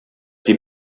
die